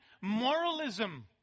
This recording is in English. moralism